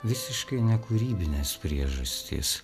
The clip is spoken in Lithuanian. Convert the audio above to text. visiškai ne kūrybinės priežastys